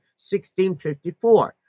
1654